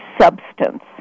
substance